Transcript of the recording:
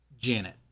Janet